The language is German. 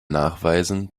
nachweisen